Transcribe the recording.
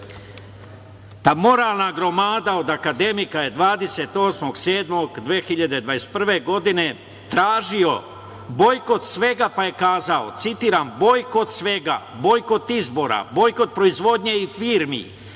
moralna gromada od akademika je 28. jula 2021. godine tražio bojkot svega, pa je kazao: „Bojkot svega. Bojkot izbora. Bojkot proizvodnje i firmi